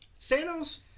thanos